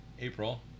April